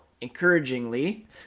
encouragingly